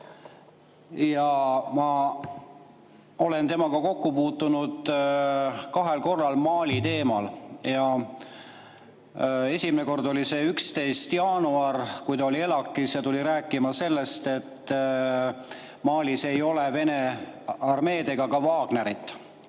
Ma olen temaga kokku puutunud kahel korral Mali teemal. Esimene kord oli 11. jaanuaril, kui ta oli ELAK‑is ja tuli rääkima sellest, et Malis ei ole Vene armeed ega ka Wagnerit.